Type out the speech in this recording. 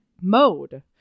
mode